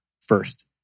first